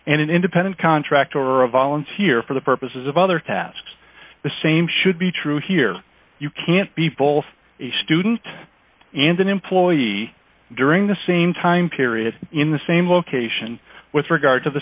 and an independent contractor or a volunteer for the purposes of other tasks the same should be true here you can't be both a student and an employee during the same time period in the same location with regard to the